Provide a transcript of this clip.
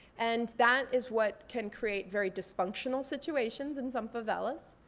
and that is what can create very dysfunctional situations in some favelas.